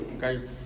guys